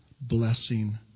blessing